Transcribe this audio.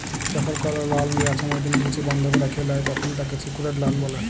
যখল কল লন লিয়ার সময় তুমি কিছু বনধক রাখে ল্যয় তখল তাকে স্যিক্যুরড লন বলে